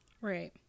right